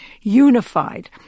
unified